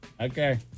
Okay